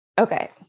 Okay